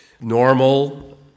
normal